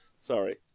Sorry